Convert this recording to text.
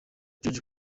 jorge